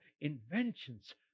inventions